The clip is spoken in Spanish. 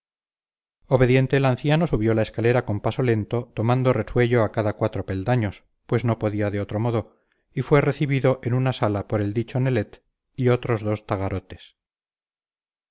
obediente el anciano subió la escalera con paso lento tomando resuello a cada cuatro peldaños pues no podía de otro modo y fue recibido en una sala por el dicho nelet y otros dos tagarotes entró